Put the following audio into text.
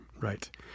Right